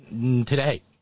today